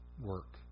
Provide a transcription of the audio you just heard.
work